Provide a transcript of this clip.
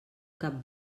cap